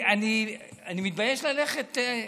אני מתבייש לבוא